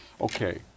Okay